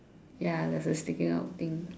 ya there's a sticking out thing